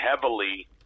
heavily